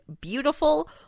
beautiful